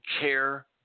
care